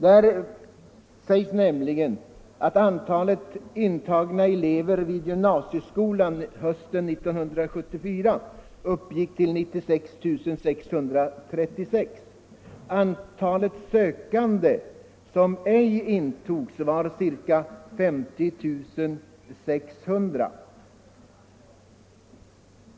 Där sägs nämligen att antalet intagna elever vid gymnasieskolan hösten 1974 uppgick till 96 636. Antalet sökande som ej intogs var ca 50 600.